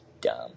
dumb